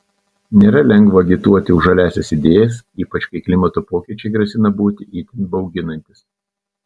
nėra lengva agituoti už žaliąsias idėjas ypač kai klimato pokyčiai grasina būti itin bauginantys